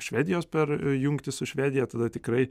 švedijos per jungtį su švedija tada tikrai